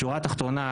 השורה התחתונה,